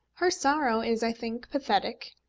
her sorrow is, i think, pathetic.